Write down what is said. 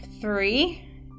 three